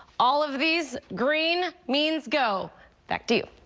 all of these green means go back to